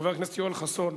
חבר הכנסת יואל חסון,